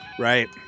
Right